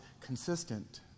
consistent